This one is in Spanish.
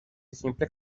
simples